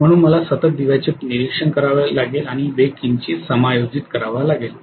म्हणून मला सतत दिव्याचे निरीक्षण करावे लागेल आणि वेग किंचित समायोजित करावा लागेल